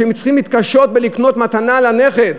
שהם צריכים להתקשות לקנות מתנה לנכד,